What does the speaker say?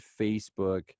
Facebook